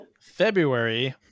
February